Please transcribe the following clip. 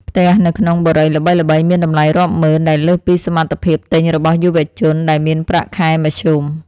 ផ្ទះនៅក្នុងបុរីល្បីៗមានតម្លៃរាប់ម៉ឺនដែលលើសពីសមត្ថភាពទិញរបស់យុវជនដែលមានប្រាក់ខែមធ្យម។